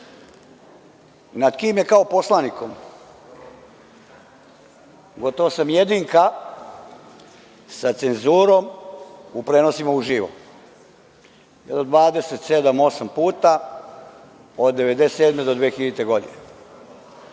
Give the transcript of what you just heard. nad kim je kao poslanikom gotovo sam jedinka sa cenzurom u prenosima uživo, 27-28 puta od 1997. do 2000. godine.